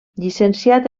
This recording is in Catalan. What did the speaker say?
llicenciat